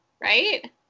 right